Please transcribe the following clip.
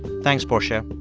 thanks, portia.